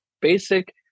basic